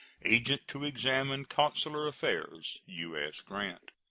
agent to examine consular affairs. u s. grant.